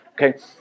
Okay